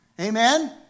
Amen